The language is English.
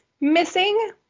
missing